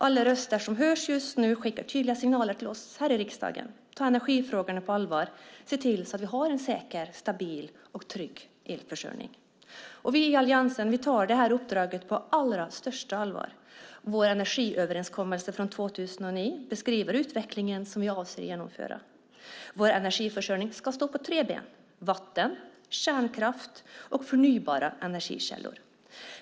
Alla röster som hörs just nu sänder tydliga signaler till oss här i riksdagen: Ta energifrågorna på allvar och se till att vi har en säker, stabil och trygg elförsörjning. Vi i Alliansen tar detta uppdrag på allra största allvar. Vår energiöverenskommelse från 2009 beskriver den utveckling som vi avser att genomföra. Vår energiförsörjning ska stå på tre ben: vatten, kärnkraft och förnybara energikällor.